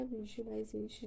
visualization